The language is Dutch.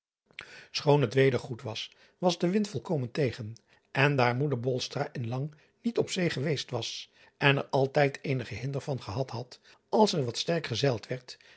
het weder goed was was de wind volkomen tegen en daar moeder in lang niet op zee geweest was en er altijd eenigen hinder van gehad had als er wat sterk gezeild werd